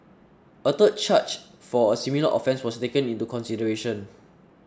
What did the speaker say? a third charge for a similar offence was taken into consideration